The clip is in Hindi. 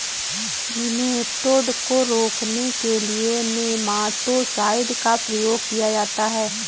निमेटोड को रोकने के लिए नेमाटो साइड का प्रयोग किया जाता है